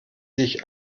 sich